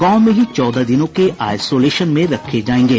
गांव में ही चौदह दिनों के आइसोलेशन में रखे जायेंगे